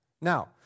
Now